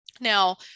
Now